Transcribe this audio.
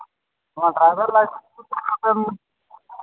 driving licence ᱢᱤᱫᱴᱮᱱ